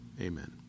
Amen